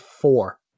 four